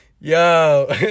Yo